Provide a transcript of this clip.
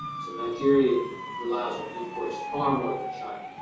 so nigeria relies on imports far more than china.